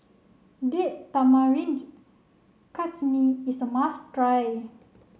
Date Tamarind Chutney is a must try